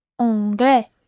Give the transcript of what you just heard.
Anglais